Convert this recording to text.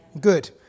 Good